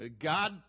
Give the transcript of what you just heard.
God